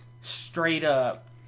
straight-up